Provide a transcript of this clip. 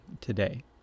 today